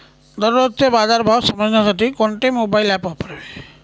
दररोजचे बाजार भाव समजण्यासाठी कोणते मोबाईल ॲप वापरावे?